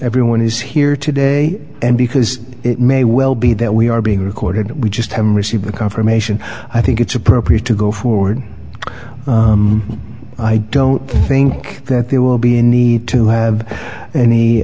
everyone is here today and because it may well be that we are being recorded we just haven't received the confirmation i think it's appropriate to go forward i don't think that there will be a need to have